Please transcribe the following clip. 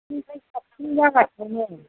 साबसिननिफ्राय साबसिन जागासिनो नै